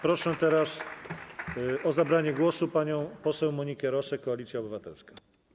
Proszę teraz o zabranie głosu panią poseł Monikę Rosę, Koalicja Obywatelska.